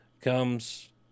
comes